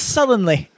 Sullenly